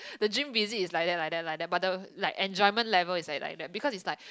the gym visit is like that like that like that but the like enjoyment level is at like that because is like